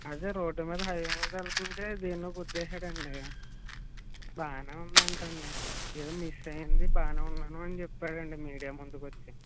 అదే రోడ్ మీద హైవే మీద వెళ్తుంటే దేన్నో గుద్దేశాడండీ బాగానే ఉందటండీ ఎదో మిస్ అయ్యాను బాగానే ఉన్నాను అని చెప్పాడంటండీ మీడియా ముందుకొచ్చి